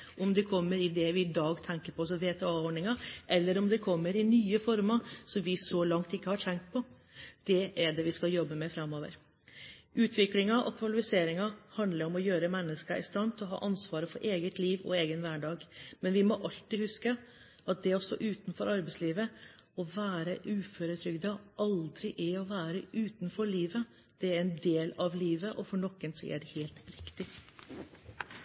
i form av det vi i dag tenker på som VTA-ordninger, eller om de kommer i nye former som vi så langt ikke har tenkt på. Det er det vi skal jobbe med framover. Utviklingen og kvalifiseringen handler om å gjøre mennesker i stand til å ha ansvaret for eget liv og egen hverdag. Men vi må alltid huske at det å stå utenfor arbeidslivet, å være uføretrygdet, aldri er å være utenfor livet. Det er en del av livet, og for noen så er det helt riktig.